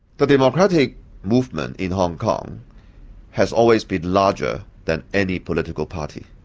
the democratic movement in hong kong has always been larger than any political party.